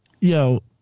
Yo